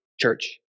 church